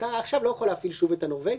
אתה עכשיו לא יכול להפעיל שוב את הנורבגי.